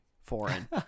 foreign